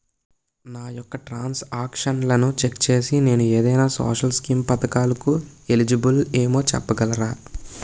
నా యెక్క ట్రాన్స్ ఆక్షన్లను చెక్ చేసి నేను ఏదైనా సోషల్ స్కీం పథకాలు కు ఎలిజిబుల్ ఏమో చెప్పగలరా?